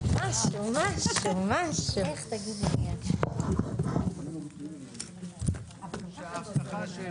הישיבה ננעלה בשעה 16:41.